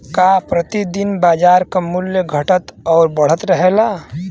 का प्रति दिन बाजार क मूल्य घटत और बढ़त रहेला?